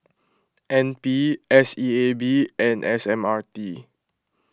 N P S E A B and S M R T